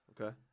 Okay